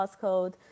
code